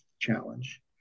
challenge